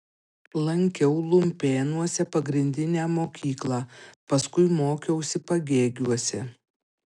lankiau lumpėnuose pagrindinę mokyklą paskui mokiausi pagėgiuose